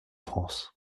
france